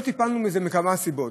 לא טיפלנו בזה מכמה סיבות,